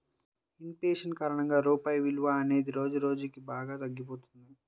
in fashion కారణంగా రూపాయి విలువ అనేది రోజురోజుకీ బాగా తగ్గిపోతున్నది